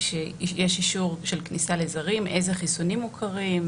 שיש אישור של כניסה לזרים, איזה חיסונים מוכרים,